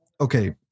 okay